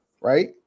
right